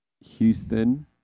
Houston